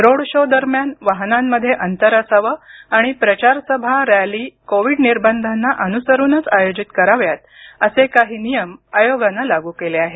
road show दरम्यान वाहनांमध्ये अंतर असावं आणि प्रचार सभा रॅली कोविड निर्बंधांना अनुसरुनच आयोजित कराव्यात असे काही नियम आयोगानं लागू केले आहेत